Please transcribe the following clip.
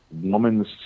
woman's